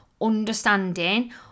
understanding